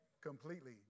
completely